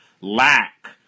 lack